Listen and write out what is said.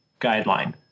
guideline